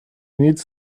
needs